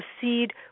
proceed